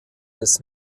des